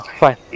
fine